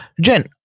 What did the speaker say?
jen